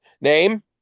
name